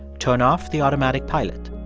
turn off the automatic pilot.